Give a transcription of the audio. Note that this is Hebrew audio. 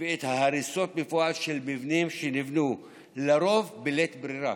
ואת ההריסות בפועל של מבנים שנבנו לרוב בלית ברירה.